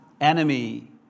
enemy